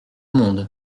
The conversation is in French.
monde